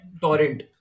torrent